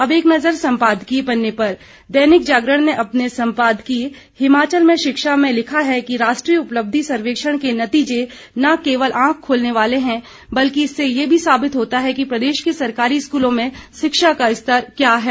अब एक नज़र सम्पादकीय पन्ने पर दैनिक जागरण ने अपने सम्पादकीय हिमाचल में शिक्षा में लिखा है कि राष्ट्रीय उपलब्धि सर्वेक्षण के नतीजे न केवल आंख खोलने वाले हैं बल्कि इससे यह भी साबित होता है कि प्रदेश के सरकारी स्कूलों में शिक्षा का स्तर क्या है